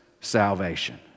salvation